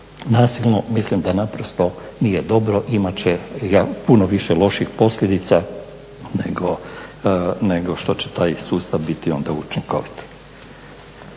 nasilno, mislim da naprosto nije dobro, imat će puno više loših posljedica nego što će taj sustav biti onda učinkovit.